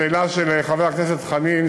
השאלה של חבר הכנסת חנין,